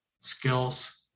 skills